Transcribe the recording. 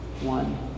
One